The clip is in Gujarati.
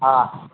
હા